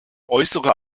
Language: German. äußere